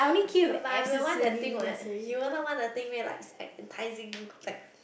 but I may want the thing what you would not want the thing meh like it's like enticing you it's like